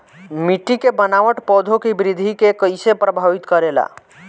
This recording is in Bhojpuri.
मिट्टी के बनावट पौधों की वृद्धि के कईसे प्रभावित करेला?